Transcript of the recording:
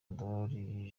ndoli